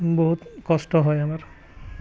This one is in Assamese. বহুত কষ্ট হয় আমাৰ